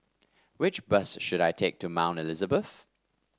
which bus should I take to Mount Elizabeth